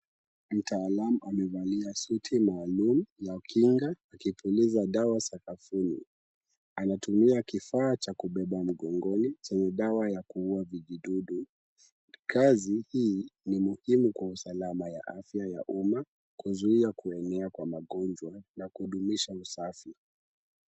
Mtaalam amevalia suti maalum ya kinga akipuliza dawa sakafuni. Anatumia kifaa cha kubeba mgongoni chenye dawa ya kuua vijidudu. Kazi hii ni muhimu kwa usalama ya afya ya umma, kuzuia kuenea kwa magonjwa na kudumisha usafi.